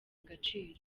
agaciro